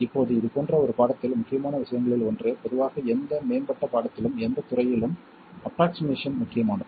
இப்போது இது போன்ற ஒரு பாடத்தில் முக்கியமான விஷயங்களில் ஒன்று பொதுவாக எந்த மேம்பட்ட பாடத்திலும் எந்தத் துறையிலும் ஆஃப்ரொக்ஸிமேசன் முக்கியமானது